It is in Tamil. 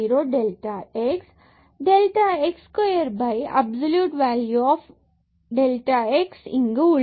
delta x square absolute value of delta x and delta x உள்ளது